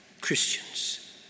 Christians